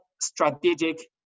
strategic